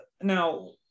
now